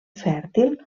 fèrtil